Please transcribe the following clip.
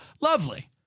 Lovely